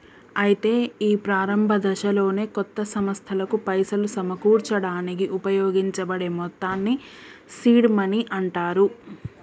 అయితే ఈ ప్రారంభ దశలోనే కొత్త సంస్థలకు పైసలు సమకూర్చడానికి ఉపయోగించబడే మొత్తాన్ని సీడ్ మనీ అంటారు